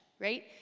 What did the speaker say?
right